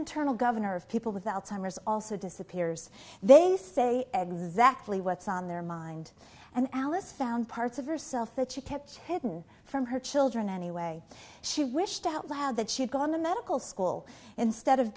internal governor of people with alzheimer's also disappears they say exect lee what's on their mind and alice found parts of herself that she kept hidden from her children anyway she wished out loud that she had gone to medical school instead of